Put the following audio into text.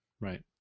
Right